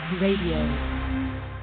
Radio